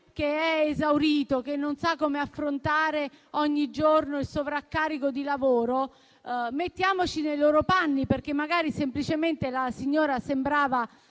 che è esaurito, che non sa come affrontare ogni giorno il sovraccarico di lavoro, mettiamoci nei suoi panni: magari la signora sembrava